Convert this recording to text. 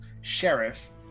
sheriff